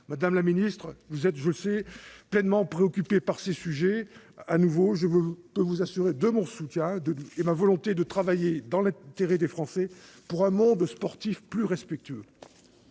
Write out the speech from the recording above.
madame la ministre, que vous êtes pleinement préoccupée par ces sujets. Je peux vous assurer de mon soutien et de ma volonté de travailler, dans l'intérêt des Français, pour un monde sportif plus respectueux.